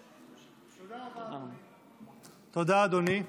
תודה, אדוני.